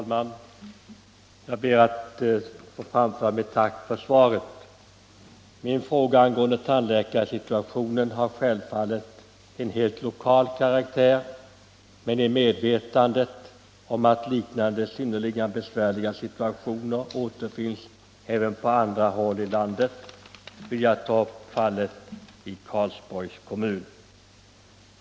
Herr talman! Jag ber att få framföra mitt tack för svaret. Min fråga angående tandläkarsituationen har självfallet en helt lokal karaktär men i medvetande om att liknande synnerligen besvärliga situationer återfinns även på andra håll i landet vill jag ta upp fallet i Karlsborgs kommun.